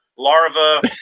larva